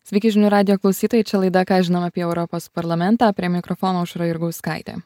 sveiki žinių radijo klausytojai čia laida ką žinom apie europos parlamentą prie mikrofono aušra jurgauskaitė